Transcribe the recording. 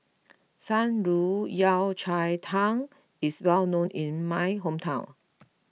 Shan Rui Yao Cai Tang is well known in my hometown